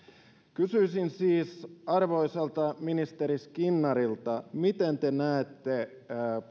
kysyisin siis arvoisalta ministeri skinnarilta miten te näette